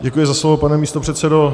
Děkuji za slovo, pane místopředsedo.